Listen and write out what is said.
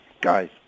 guys